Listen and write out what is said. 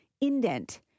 indent